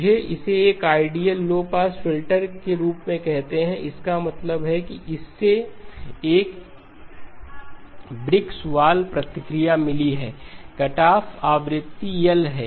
मुझे इसे एक आइडियल लो पास फिल्टर के रूप में कहते हैं इसका मतलब है कि इसे एक ईंट की दीवार प्रतिक्रिया मिली है कटऑफ आवृत्ति L है